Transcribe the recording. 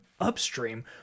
upstream